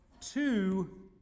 two